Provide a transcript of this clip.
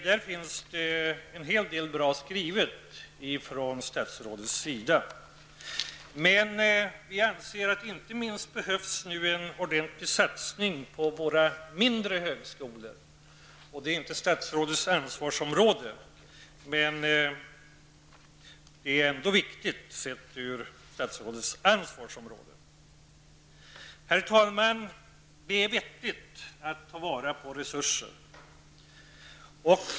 Därvidlag har statsrådet skrivit en hel del som är bra. Men vi anser att det inte minst behövs en ordentlig satsning på våra mindre högskolor. Det är inte statsrådets ansvarsområde, men det är ändå viktigt med hänsyn till statsrådet ansvarsområde. Herr talman! Det är vettigt att ta vara på resurser.